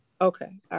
Okay